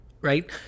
right